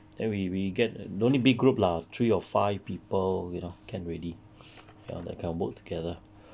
then we we get don't need big group lah three or five people you know can already ya can work together